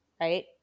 right